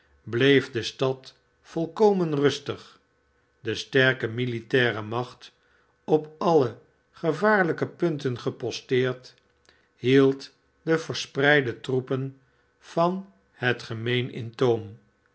bleefxle stad volkomen rustig de sterke muitaire macht op alle gevaarlijk punten geposteerd hield de verspreide troepen van het gemeen in toom